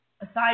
Aside